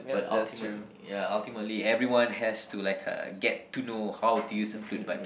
but ultimately ya ultimately everyone has to like uh get to know how to use a flute but